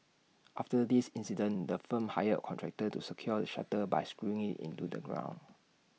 after this incident the firm hired A contractor to secure shutter by screwing IT into the ground